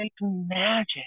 magic